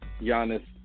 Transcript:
Giannis